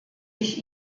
ich